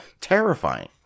terrifying